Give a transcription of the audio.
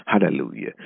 hallelujah